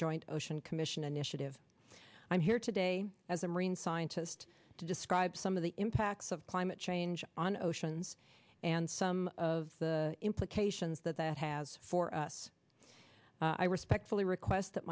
joint ocean commission an issue to have i'm here today as a marine scientist to describe some of the impacts of climate change on oceans and some of the implications that that has for us i respectfully request that